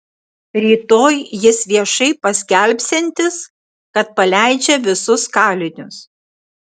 rytoj jis viešai paskelbsiantis kad paleidžia visus kalinius